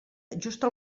justa